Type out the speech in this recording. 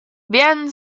werden